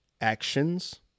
actions